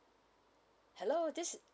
hello this is